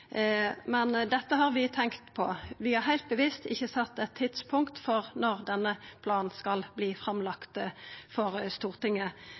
Men dette har vi tenkt på. Vi har heilt bevisst ikkje sett eit tidspunkt for når denne planen skal verta framlagd for Stortinget.